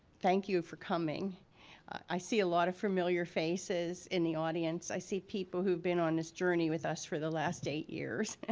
thank you for coming i see a lot of familiar faces in the audience i see people who've been on this journey with us for the last eight years,